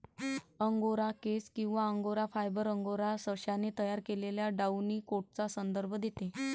angora केस किंवा Angora fibre, Angora सशाने तयार केलेल्या डाउनी कोटचा संदर्भ देते